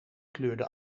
kleurde